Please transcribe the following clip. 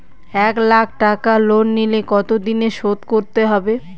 এক লাখ টাকা লোন নিলে কতদিনে শোধ করতে হবে?